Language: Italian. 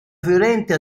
fiorente